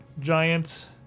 giant